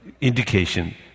indication